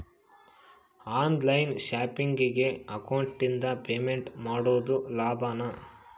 On line ಶಾಪಿಂಗಿಗೆ ಅಕೌಂಟಿಂದ payment ಮಾಡೋದು ಲಾಭಾನ?